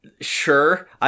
Sure